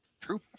True